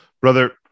brother